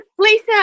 Lisa